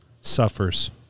suffers